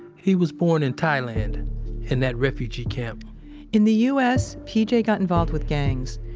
he was born in thailand in that refugee camp in the u s, pj got involved with gangs.